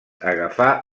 agafar